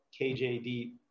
kjd